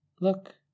look